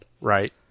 right